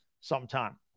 sometime